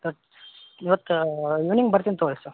sir ಇವತ್ತ್ evening ಬರ್ತಿನಿ ತಗೊಳ್ಳಿ ಸರ್